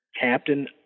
Captain